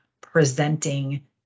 presenting